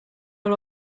all